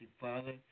Father